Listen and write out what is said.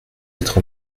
être